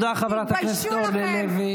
תודה, חברת הכנסת אורלי לוי.